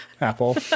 Apple